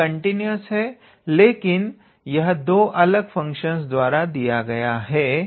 f continuous है लेकिन यह दो अलग फंक्शंस द्वारा दिया गया है